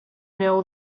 know